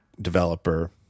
developer